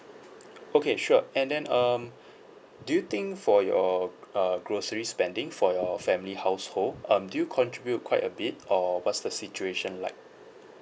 okay sure and then um do you think for your err grocery spending for your family household um do you contribute quite a bit or what's the situation like